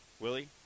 Willie